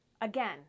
Again